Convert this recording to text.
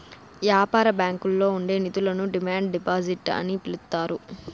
యాపార బ్యాంకుల్లో ఉండే నిధులను డిమాండ్ డిపాజిట్ అని పిలుత్తారు